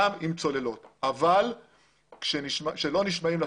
עם צוללות אבל כאשר לא נשמעים לשוטרים,